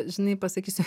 žinai pasakysiu